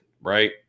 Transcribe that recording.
right